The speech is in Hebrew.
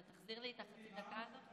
תחזיר לי את הדקה הזאת?